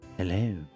Hello